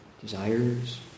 desires